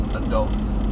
adults